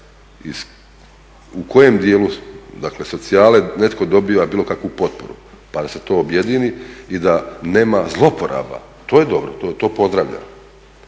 u kojem djelu socijale netko dobija bilo kakvu potporu, pa da se to objedini i da nema zloupotreba. To je dobro, to pozdravljam.